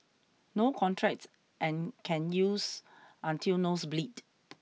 no contract and can use until nose bleed